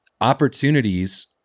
opportunities